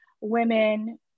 women